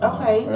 Okay